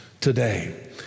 today